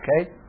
Okay